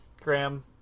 Graham